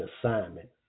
assignment